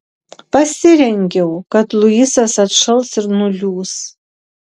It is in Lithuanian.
pasirengiau kad luisas atšals ir nuliūs